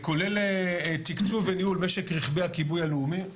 כולל תקצוב וניהול משק רכבי הכיבוי הלאומי.